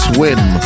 Swim